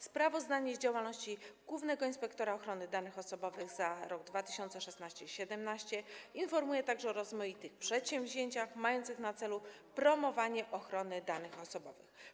Sprawozdanie z działalności głównego inspektora ochrony danych osobowych za rok 2016 i rok 2017 informuje także o rozmaitych przedsięwzięciach mających na celu promowanie ochrony danych osobowych.